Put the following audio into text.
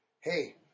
hey